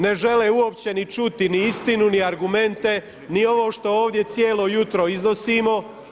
Ne žele uopće čuti ni istinu ni argumente ni ovo što ovdje cijelo jutro iznosimo.